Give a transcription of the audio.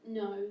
no